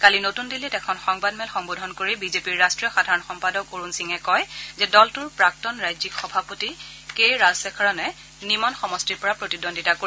কালি নতুন দিল্লীত এখন সংবাদমেল সম্বোধন কৰি বিজেপিৰ ৰাষ্ট্ৰীয় সাধাৰণ সম্পাদক অৰুণ সিঙে কয় যে দলটোৰ প্ৰাক্তন ৰাজ্যিক সভাপতি কে ৰাজাশেখৰণে নিমন সমষ্টিৰ পৰা প্ৰতিদ্বন্দ্বিতা কৰিব